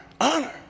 honor